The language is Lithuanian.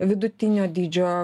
vidutinio dydžio